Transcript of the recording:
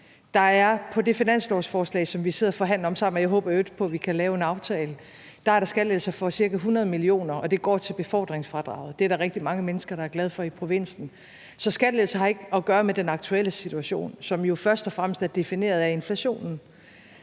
På det finanslovsforslag, som vi sidder og forhandler om sammen – og jeg håber i øvrigt på, vi kan lave en aftale – er der skattelettelser for cirka 100 mio. kr., og de går til befordringsfradraget. Det er der rigtig mange mennesker der er glade for i provinsen. Så skattelettelser har ikke at gøre med den aktuelle situation, som jo først og fremmest er defineret af inflationen.